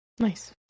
Nice